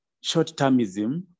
short-termism